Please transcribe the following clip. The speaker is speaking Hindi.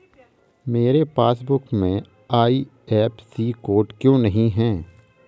मेरे पासबुक में आई.एफ.एस.सी कोड क्यो नहीं है?